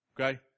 Okay